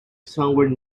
somewhere